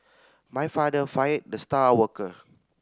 my father fired the star worker